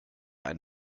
ein